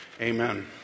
amen